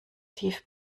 tief